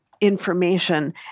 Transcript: information